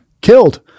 killed